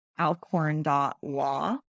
alcorn.law